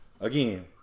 again